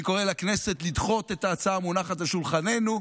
אני קורא לכנסת לדחות את ההצעה המונחת על שולחננו,